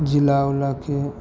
जिला उलाके